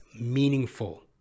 meaningful